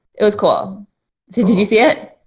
it was cool. so did you see it?